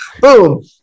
Boom